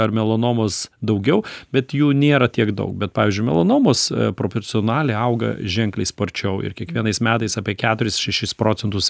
ar melanomos daugiau bet jų nėra tiek daug bet pavyzdžiui melanomos profesionaliai auga ženkliai sparčiau ir kiekvienais metais apie keturis šešis procentus